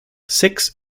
six